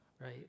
right